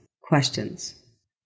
questions